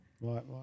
Right